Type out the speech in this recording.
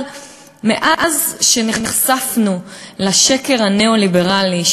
אבל מאז שנחשפנו לשקר הניאו-ליברלי,